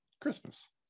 Christmas